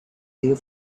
the